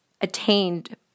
attained